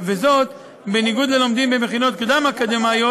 בניגוד ללומדים במכינות קדם-אקדמיות,